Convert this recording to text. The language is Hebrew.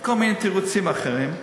וכל מיני תירוצים אחרים.